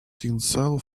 tinsel